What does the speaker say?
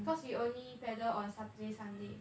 cause we only paddle on saturday sunday